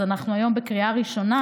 אז אנחנו היום בקריאה ראשונה,